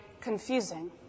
confusing